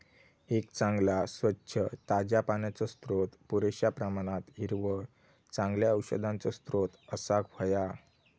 एक चांगला, स्वच्छ, ताज्या पाण्याचो स्त्रोत, पुरेश्या प्रमाणात हिरवळ, चांगल्या औषधांचो स्त्रोत असाक व्हया